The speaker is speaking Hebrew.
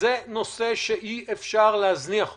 זה נושא שאי-אפשר להזניח אותו.